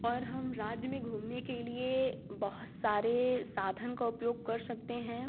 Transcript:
और हम राज्य में घूमने के लिए बहुत सारे साधन का उपयोग कर सकते हैं